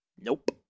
Nope